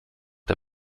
der